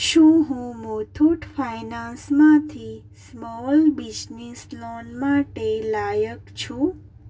શું હું મુથુટ ફાયનાન્સમાંથી સ્મોલ બિઝનેસ લોન માટે લાયક છું